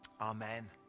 Amen